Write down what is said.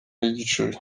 y’igicuri